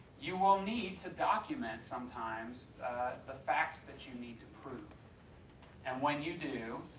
you will need to document sometimes the facts that you need to prove and when you do,